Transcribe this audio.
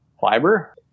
fiber